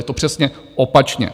Je to přesně opačně.